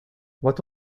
what